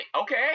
Okay